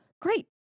great